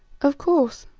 of course,